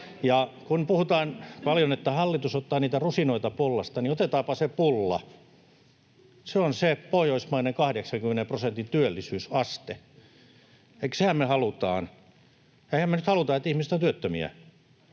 Kun puhutaan paljon, että hallitus ottaa niitä rusinoita pullasta, niin otetaanpa se pulla: se on se pohjoismainen 80 prosentin työllisyysaste. Sehän me halutaan. Eihän me nyt